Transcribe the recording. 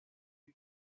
sud